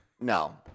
no